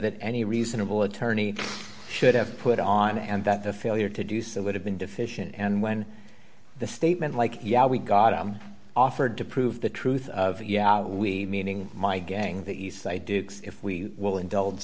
that any reasonable attorney should have put on and that the failure to do so would have been deficient and when the statement like yeah we got offered to prove the truth of it yeah we meaning my gang that yes i do if we will indulge